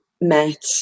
met